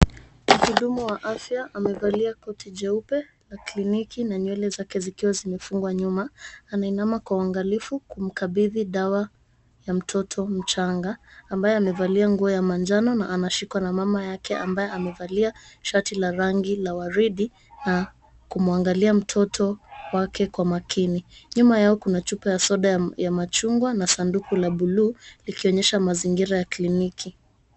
Mhudumu wa afya amevalia koti jeupe la kliniki na nywele zake zikiwa zimefungwa nyuma. Anainama kwa uangalifu kumkabidhi dawa ya mtoto mchanga, ambaye amevalia nguo ya manjano na anashikwa na mama yake ambaye amevalia shati la rangi la waridi na kumwangalia mtoto wake kwa makini. Nyuma yao kuna chupa ya soda ya machungwa na sanduku la buluu, likionyesha mazingira ya kliniki.